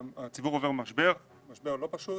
הציבור עובר משבר לא פשוט